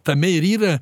tame ir yra